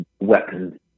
weapons